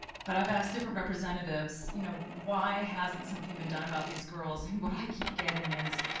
but i've asked different representatives, you know why hasn't something been done about these girls. and what i keep getting is